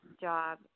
job